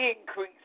increase